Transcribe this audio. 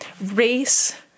race